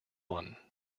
one